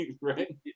Right